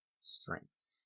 strengths